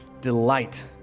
delight